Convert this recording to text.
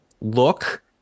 look